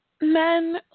Men